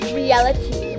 reality